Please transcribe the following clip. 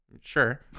Sure